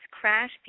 Crash